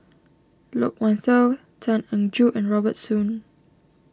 Loke Wan Tho Tan Eng Joo and Robert Soon